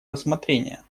рассмотрения